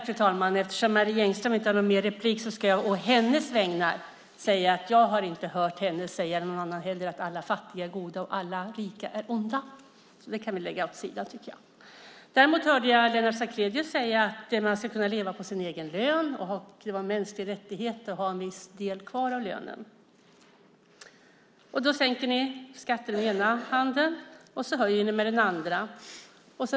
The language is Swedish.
Fru talman! Eftersom Marie Engström inte har någon mer replik ska jag å hennes vägnar säga att jag inte har hört henne, och inte någon annan heller, säga att alla fattiga är goda och alla rika onda. Det kan vi lägga åt sidan, tycker jag. Däremot hörde jag Lennart Sacrédeus säga att man ska kunna leva på sin egen lön. Det var en mänsklig rättighet att ha en viss del kvar av lönen. Då sänker ni skatten med ena handen och höjer med den andra.